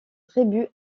tribu